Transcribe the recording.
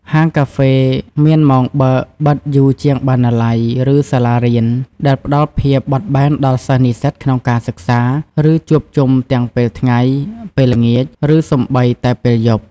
ហាងកាហ្វេមានម៉ោងបើកបិទយូរជាងបណ្ណាល័យ ឬសាលារៀន ដែលផ្ដល់ភាពបត់បែនដល់សិស្សនិស្សិតក្នុងការសិក្សា ឬជួបជុំទាំងពេលថ្ងៃ ពេលល្ងាច ឬសូម្បីតែពេលយប់។